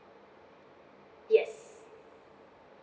yes